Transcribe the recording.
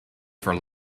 for